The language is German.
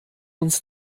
uns